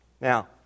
Now